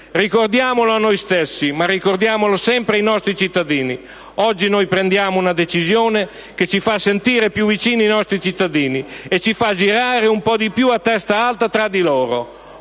Ricordiamolo a noi stessi, ma ricordiamolo sempre ai nostri cittadini. Oggi noi prendiamo una decisione che ci fa sentire più vicini ai nostri cittadini e ci fa girare un po' di più a testa alta tra di loro.